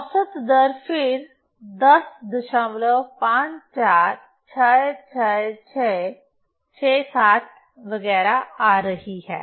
औसत दर फिर 105466667 वगैरह आ रही है